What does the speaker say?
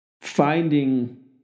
finding